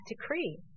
decree